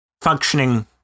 functioning